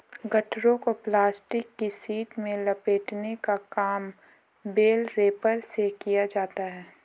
गट्ठरों को प्लास्टिक की शीट में लपेटने का काम बेल रैपर से किया जाता है